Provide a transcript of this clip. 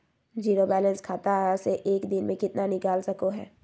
Zero balance खाता से एक दिन में कितना निकाल सको है?